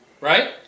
Right